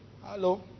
Hello